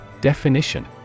Definition